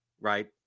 right